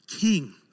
king